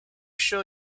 show